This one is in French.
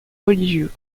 religieux